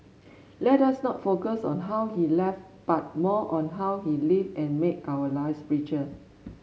let us not focus on how he left but more on how he lived and made our lives richer